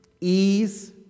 ease